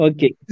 Okay